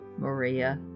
Maria